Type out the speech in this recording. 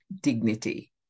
dignity